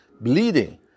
bleeding